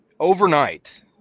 Overnight